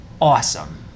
awesome